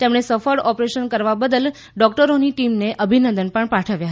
તેમણે સફળ ઓપરેશન માટે ડોકટરોની ટીમને અભિનંદન પાઠવ્યા